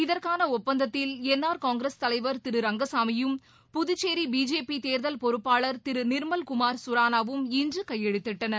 இதற்கான ஒப்பந்தத்தில் N R Congress தலைவர் திரு ரங்கசாமியும் புதுச்சேரி பிஜேபி தேர்தல் பொறுப்பாளர் திரு நிர்மல்குமார் சுரானாவும் இன்று கையெழுத்திட்டனர்